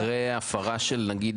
רציתי לשאול אם אחרי הפרה של נגיד